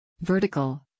vertical